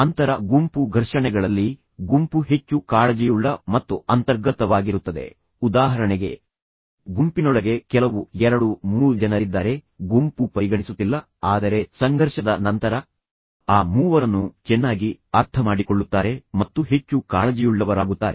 ಅಂತರ ಗುಂಪು ಘರ್ಷಣೆಗಳಲ್ಲಿ ಗುಂಪು ಹೆಚ್ಚು ಕಾಳಜಿಯುಳ್ಳ ಮತ್ತು ಅಂತರ್ಗತವಾಗಿರುತ್ತದೆ ಉದಾಹರಣೆಗೆ ಗುಂಪಿನೊಳಗೆ ಕೆಲವು 2 3 ಜನರಿದ್ದಾರೆ ಗುಂಪು ಪರಿಗಣಿಸುತ್ತಿಲ್ಲ ಆದರೆ ಸಂಘರ್ಷದ ನಂತರ ಅವರು ಆ ಮೂವರನ್ನು ಚೆನ್ನಾಗಿ ಅರ್ಥಮಾಡಿಕೊಳ್ಳುತ್ತಾರೆ ಮತ್ತು ನಂತರ ಅವರು ಹೆಚ್ಚು ಕಾಳಜಿಯುಳ್ಳವರಾಗುತ್ತಾರೆ